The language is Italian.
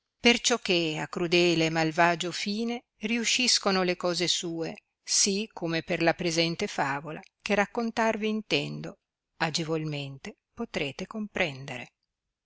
riputato perciò che a crudele e malvagio fine riusciscono le cose sue sì come per la presente favola che raccontarvi intendo agevolmente potrete comprendere